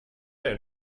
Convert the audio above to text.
ein